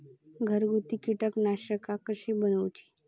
घरगुती कीटकनाशका कशी बनवूची?